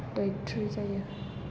डेट्रि जायो